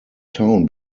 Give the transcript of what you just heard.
town